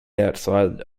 outside